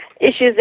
issues